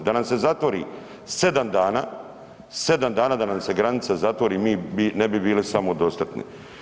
Da nam se zatvori 7 dana, 7 dana da nam se granica zatvori mi ne bi bili samodostatni.